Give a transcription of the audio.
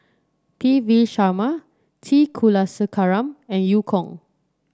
P V Sharma T Kulasekaram and Eu Kong